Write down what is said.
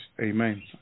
Amen